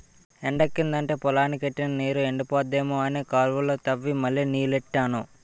ఎండెక్కిదంటే పొలానికి ఎట్టిన నీరు ఎండిపోద్దేమో అని కాలువ తవ్వి మళ్ళీ నీల్లెట్టాను